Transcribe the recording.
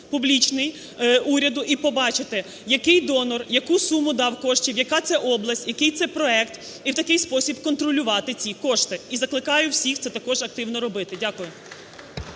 публічний уряду і побачити, який донор, яку суму дав коштів, яка це область, який це проект, і в такий спосіб контролювати ці кошти. І закликаю всіх це також робити. Дякую.